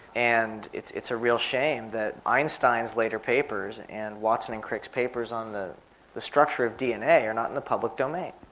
and it's it's a real shame that einstein's later papers and watson and cricks later papers on the the structure of dna are not in the public domain.